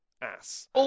Ass